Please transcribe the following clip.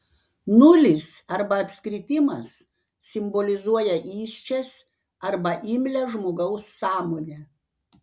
nulis arba apskritimas simbolizuoja įsčias arba imlią žmogaus sąmonę